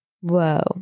whoa